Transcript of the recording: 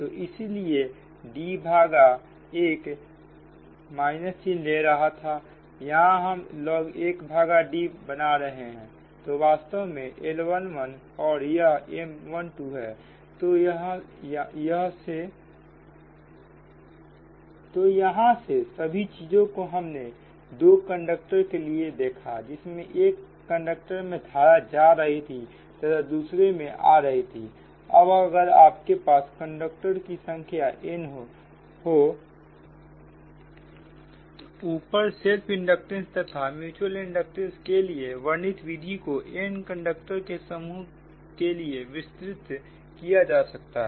तो इसीलिए D भागा 1 चिन्ह ले रहा था यहां हम log 1 भागा D बना रहे हैं तो यह वास्तव में L11 और यह M12 है तो यह से सभी चीजों को हमने दो कंडक्टर के लिए देखा जिसमें एक कंडक्टर में धारा जा रही थी तथा दूसरे में आ रही थी अब अगर आपके पास कंडक्टेडओं की संख्या n हो तो ऊपर सेल्फ इंडक्टेंस तथा म्युचुअल इंडक्टेंस के लिए वर्णित विधि को n कंडक्टर के समूह के लिए विस्तृत किया जा सकता है